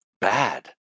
bad